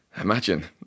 imagine